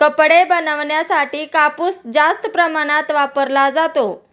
कपडे बनवण्यासाठी कापूस जास्त प्रमाणात वापरला जातो